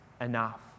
enough